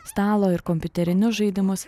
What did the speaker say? stalo ir kompiuterinius žaidimus